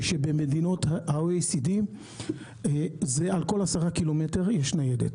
ובמדינות ה-OECD יש ניידת על כל 10 קילומטר.